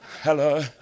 Hello